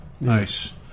Nice